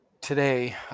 today